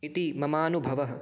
इति ममानुभवः